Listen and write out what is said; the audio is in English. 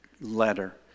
letter